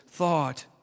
thought